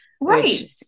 Right